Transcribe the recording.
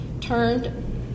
turned